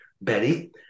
Betty